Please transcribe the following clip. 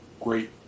great